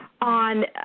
on